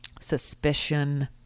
suspicion